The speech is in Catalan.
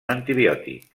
antibiòtic